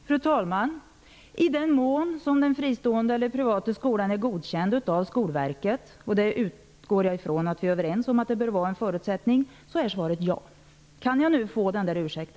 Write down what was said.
Fru talman! I den mån som den fristående eller privata skolan är godkänd av Skolverket -- och jag utgår ifrån att vi är överens om att det bör vara en förutsättning -- är svaret ja. Kan jag nu få denna ursäkt?